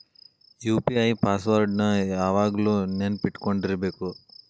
UPI password ನ ಯಾವಾಗ್ಲು ನೆನ್ಪಿಟ್ಕೊಂಡಿರ್ಬೇಕು